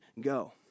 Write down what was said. go